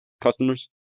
customers